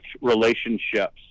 relationships